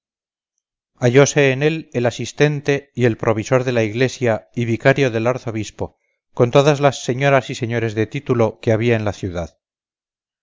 hallóse en él el asistente y el provisor de la iglesia y vicario del arzobispo con todas las señoras y señores de título que había en la ciudad